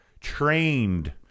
trained